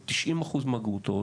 או 90% מהגרוטאות,